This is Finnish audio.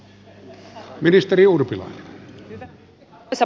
arvoisa puhemies